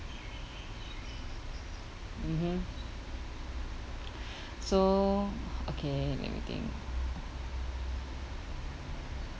mmhmm so okay let me think